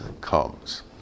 comes